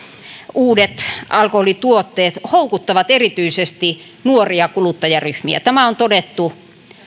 uudet alkoholituotteet houkuttavat erityisesti nuoria kuluttajaryhmiä tämä on todettu